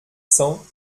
cents